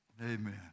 Amen